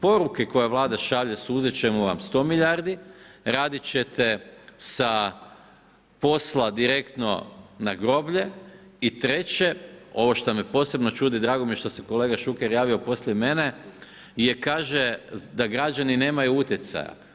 Poruke koje Vlada šalje, uzeti ćemo vam 100 milijardi, raditi ćete sa posla direktno na groblje i treće, ovo što me posebno čudi, drago mi je što se kolega Šuker javio poslije mene, je kaže, da građani nemaju utjecaja.